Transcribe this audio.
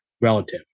relative